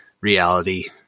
reality